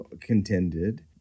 contended